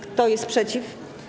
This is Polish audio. Kto jest przeciw?